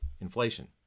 inflation